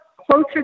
closer